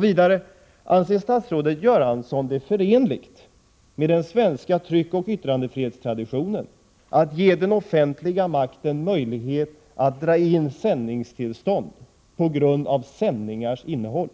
Vidare: Anser statsrådet Göransson det förenligt med den svenska tryckoch yttrandefrihetstraditionen att ge den offentliga makten möjlighet att dra in sändningstillstånd på grund av sändningarnas innehåll?